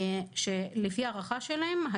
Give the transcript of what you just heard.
לפי הערכה שלהם,